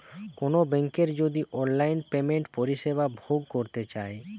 কোনো বেংকের যদি অনলাইন পেমেন্টের পরিষেবা ভোগ করতে চাই